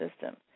system